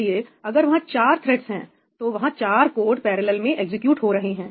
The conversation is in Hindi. इसलिए अगर वहां चार थ्रेड्स हैं तो वहां चार कोड पैरेलल में एग्जीक्यूट हो रहे हैं